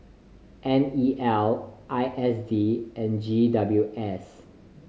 N E L I S D and G W S